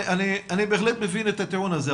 אני בהחלט מבין את הטיעון הזה.